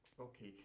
Okay